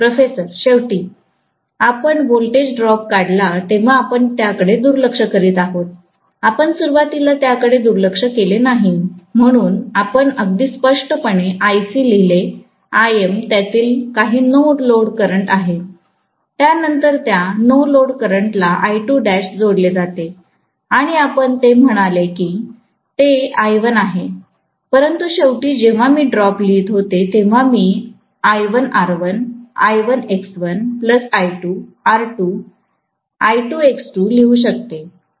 professor शेवटी आपण voltage drop काढला तेव्हा आपण त्याकडे दुर्लक्ष करीत आहोत आपण सुरुवातीला त्याकडे दुर्लक्ष केले नाही म्हणूनच आपण अगदी स्पष्टपणे Ic लिहिले Im त्यातील काही नो लोडकरंट आहे त्यानंतर त्या नो लोडला जोडले जाते आणि आपण ते म्हणाले की ते I1 होते परंतु शेवटी जेव्हा मी ड्रॉप लिहित होते तेव्हा मी I1R1 I1X1I2 R2 I2X2 लिहू शकते